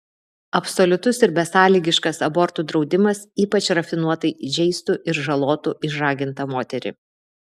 absoliutus ir besąlygiškas abortų draudimas ypač rafinuotai žeistų ir žalotų išžagintą moterį